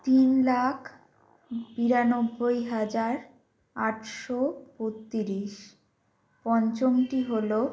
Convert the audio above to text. তিন লাখ বিরানব্বই হাজার আটশো বত্রিরিশ পঞ্চমটি হল